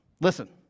listen